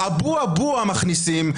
באבו אבוה מכניסים,